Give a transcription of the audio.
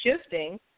shifting